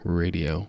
radio